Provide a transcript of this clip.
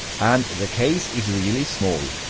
and the case is really small.